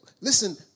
listen